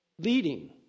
Leading